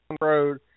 Road